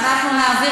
אנחנו נעביר